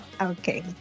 Okay